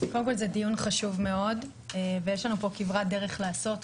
זה דיון חשוב מאוד ויש לנו פה כברת דרך לעשות.